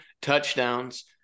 touchdowns